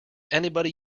anybody